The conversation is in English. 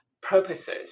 purposes